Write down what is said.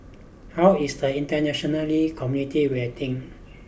how is the internationally community reacting